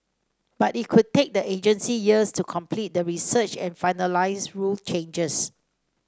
but it could take the agency years to complete the research and finalise rule changes